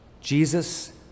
Jesus